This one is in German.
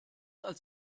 als